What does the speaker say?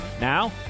Now